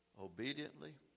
obediently